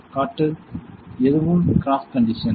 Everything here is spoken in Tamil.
Refer Time 1425 எதுவும் கிராஸ் கண்டிஷன்